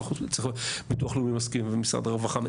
ביטוח לאומי מסכים ומשרד הרווחה.